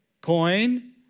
coin